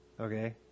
Okay